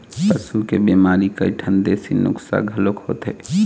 पशु के बिमारी के कइठन देशी नुक्सा घलोक होथे